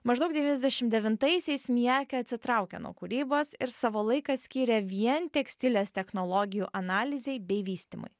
maždaug devyniasdešim devintaisiais miakė atsitraukė nuo kūrybos ir savo laiką skyrė vien tekstilės technologijų analizei bei vystymui